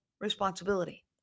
responsibility